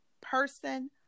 person